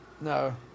No